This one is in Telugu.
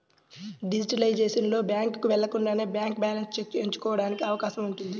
డిజిటలైజేషన్ లో, బ్యాంకుకు వెళ్లకుండానే బ్యాంక్ బ్యాలెన్స్ చెక్ ఎంచుకోవడానికి అవకాశం ఉంది